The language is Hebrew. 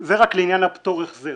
זה לעניין הפטור/החזר.